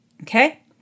okay